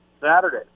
Saturday